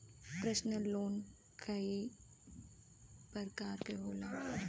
personal loan कई परकार के होला